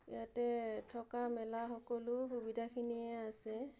ইয়াতে থকা মেলা সকলো সুবিধাখিনিয়ে আছে